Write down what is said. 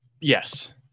Yes